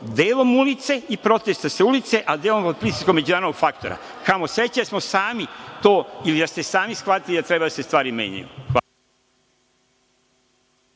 delom ulice i protesta sa ulice, a delom zbog pritiska međunarodnog faktora. Kamo sreće da smo sami to ili da ste sami shvatili da treba stvari da se menjaju.